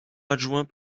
adjoint